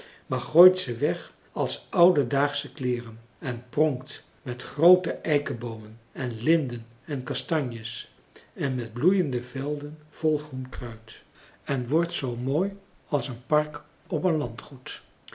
maar gooit ze weg als oude daagsche kleeren en pronkt met groote eikeboomen en linden en kastanjes en met bloeiende velden vol groen kruid en wordt zoo mooi als een park op een landgoed